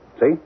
See